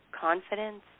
confidence